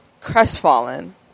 crestfallen